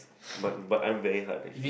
but but I'm very hard actually